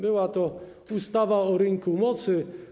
Była to ustawa o rynku mocy.